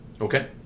Okay